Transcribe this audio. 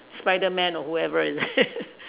Spiderman or whoever is it